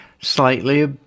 slightly